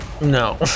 No